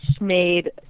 made